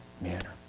manner